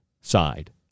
side